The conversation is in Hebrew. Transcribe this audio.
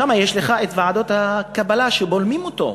שם יש לך ועדות הקבלה שבולמות אותו,